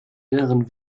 inneren